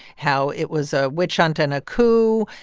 how it was a witch hunt and a coup.